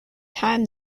time